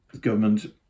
government